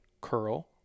curl